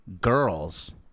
Girls